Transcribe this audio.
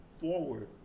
forward